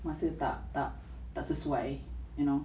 masa tak tak tak sesuai you know